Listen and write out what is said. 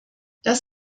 das